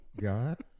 God